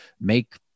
make